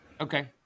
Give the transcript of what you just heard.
Okay